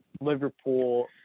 Liverpool